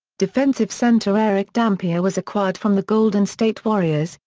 defensive center erick dampier was acquired from the golden state warriors,